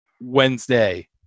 Wednesday